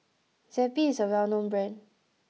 Zappy is a well known brand